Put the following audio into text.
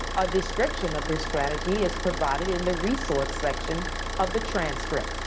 a description of this strategy is provided in the resource section of the transcript.